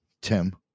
Tim